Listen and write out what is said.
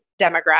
demographic